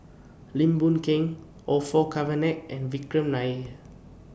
Lim Boon Keng Orfeur Cavenagh and Vikram Nair